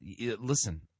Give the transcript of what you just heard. Listen